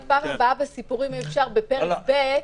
רק בפעם הבאה בסיפורים, אם אפשר, בפרק ב',